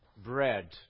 Bread